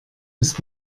ist